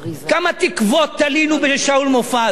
כמה תקוות תלינו בשאול מופז?